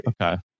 Okay